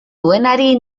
duenari